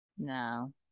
no